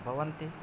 भवन्ति